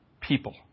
people